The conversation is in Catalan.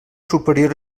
superior